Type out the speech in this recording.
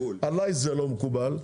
עלי זה לא מקובל.